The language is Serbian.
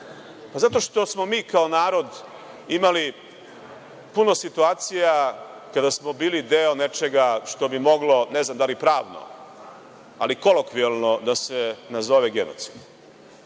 Zato što smo mi kao narod imali puno situacija kada smo bili deo nečega što bi moglo, ne znam da li pravno, ali kolokvijalno da se nazove genocid